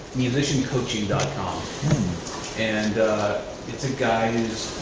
musiciancoaching dot com and it's a guy who's